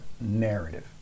narrative